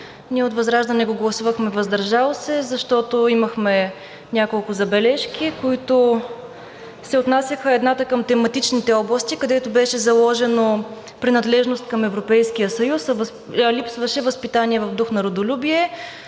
ние от ВЪЗРАЖДАНЕ го гласувахме „въздържал се“, защото имахме няколко забележки, които се отнасяха, едната към тематичните области, където беше заложено принадлежност към Европейския съюз, а липсваше възпитание в дух на родолюбие.